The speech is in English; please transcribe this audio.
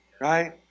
right